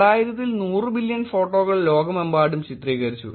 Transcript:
2000 ൽ 100 ബില്യൺ ഫോട്ടോകൾ ലോകമെമ്പാടും ചിത്രീകരിച്ചു